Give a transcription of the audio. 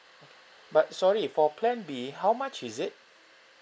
but sorry for plan B how much is it